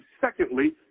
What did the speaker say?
secondly